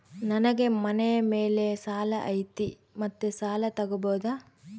ನನಗೆ ಮನೆ ಮೇಲೆ ಸಾಲ ಐತಿ ಮತ್ತೆ ಸಾಲ ತಗಬೋದ?